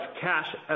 cash